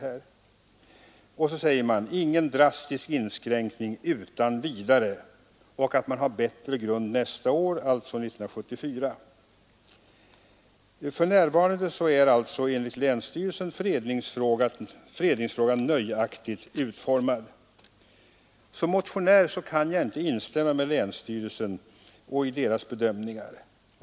Vidare säger länsstyrelsen att det inte skall ske någon drastisk inskränkning utan vidare och att man har bättre grund för en bedömning av frågan nästa år, alltså 1974. För närvarande är alltså enligt länsstyrelsen fredningsfrågan nöjaktigt utformad. Såsom motionär kan jag inte instämma i länsstyrelsens bedömningar.